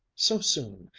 so soon!